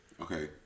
Okay